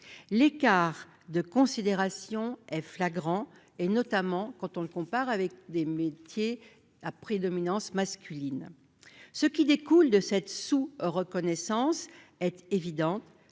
l'écart de considération est flagrant, notamment quand on les compare avec des métiers à prédominance masculine. Ce qui découle de cette sous-reconnaissance est évident